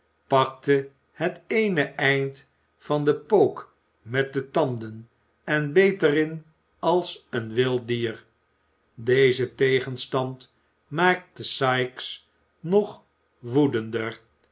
pakte het eene eind van den pook met de tanden en beet er in als een wild dier deze tegenstand maakte sikes nog woedender